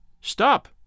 Stop